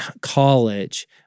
college